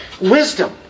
Wisdom